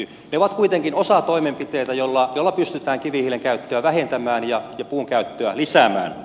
ne ovat kuitenkin osatoimenpiteitä joilla pystytään kivihiilen käyttöä vähentämään ja puun käyttöä lisäämään